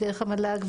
דרך המל"ג,